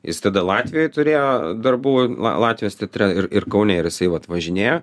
jis tada latvijoj turėjo darbų latvijos teatre ir ir kaune ir jisai vat važinėjo